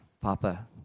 Papa